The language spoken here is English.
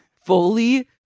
fully